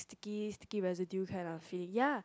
sticky sticky residual kind of feel ya